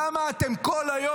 למה אתם כל היום